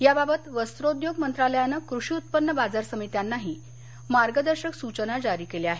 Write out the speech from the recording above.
याबाबत वस्त्रोद्योग मंत्रालयानं कृषी उत्पन्न बाजार समित्यांनाही मार्गदर्शक सूचना जारी केल्या आहेत